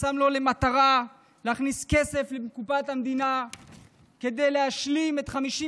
ששם לו למטרה להכניס כסף לקופת המדינה כדי להשלים את 53